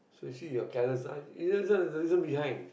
so you see you careless ah there's reason behind